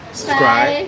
Subscribe